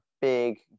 big